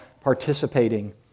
participating